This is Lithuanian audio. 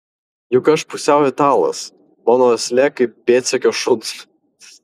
juk aš pusiau italas mano uoslė kaip pėdsekio šuns